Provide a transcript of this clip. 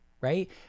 right